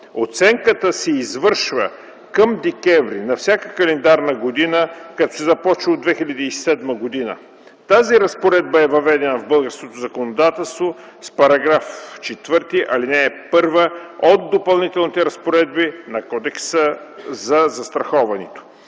Оценката се извършва към декември на всяка календарна година, като се започне от 2007 г. Тази разпоредба е въведена в българското законодателство с § 4, ал. 1 от Допълнителните разпоредби на Кодекса за застраховането.